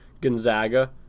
Gonzaga